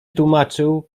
tłumaczył